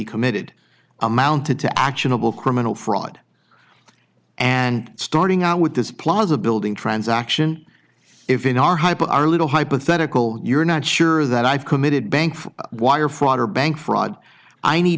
committed amounted to actionable criminal fraud and starting out with this plaza building transaction if in our hyper our little hypothetical you're not sure that i've committed bank wire fraud or bank fraud i need